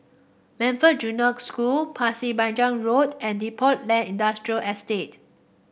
Montfort Junior School Pasir Panjang Road and Depot Lane Industrial Estate